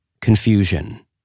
Confusion